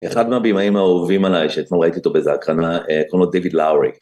אחד מהבימאים האהובים עלי, שאתמול ראיתי אותו באיזה הקרנה, קוראים לו דיוויד לאורי.